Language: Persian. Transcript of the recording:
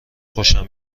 خوشم